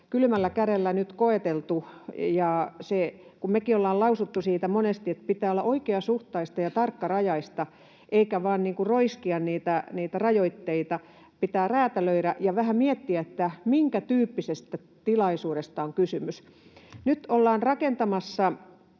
kylmällä kädellä nyt koeteltu. Mekin ollaan lausuttu siitä monesti, että pitää olla oikeasuhtaista ja tarkkarajaista eikä vaan roiskia niitä rajoitteita, pitää räätälöidä ja vähän miettiä, minkä tyyppisestä tilaisuudesta on kysymys. Nyt ollaan rakentamassa